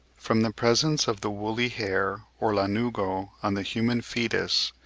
from the presence of the woolly hair or lanugo on the human foetus,